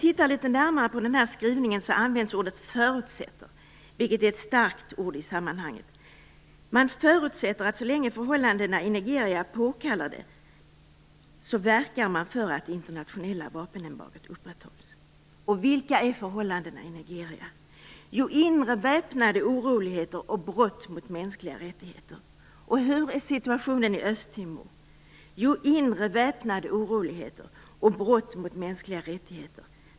I skrivningen används ordet förutsätter. Det är ett i sammanhanget starkt ord. Man "förutsätter" att så länge förhållandena i Nigeria påkallar det verkar man för att det internationella vapenembargot upprätthålls. Men vilka är förhållandena i Nigeria? Jo, inre väpnade oroligheter och brott mot mänskliga rättigheter. Och hur är situationen i Östtimor? Jo, inre väpnade oroligheter och brott mot mänskliga rättigheter.